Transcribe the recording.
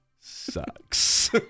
sucks